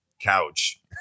couch